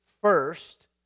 first